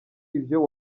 ibyo